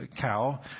cow